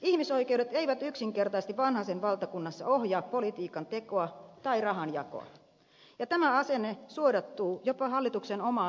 ihmisoikeudet eivät yksinkertaisesti vanhasen valtakunnassa ohjaa politiikan tekoa tai rahanjakoa ja tämä asenne suodattuu jopa hallituksen omaan ihmisoikeusselontekoon